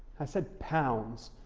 i said pounds,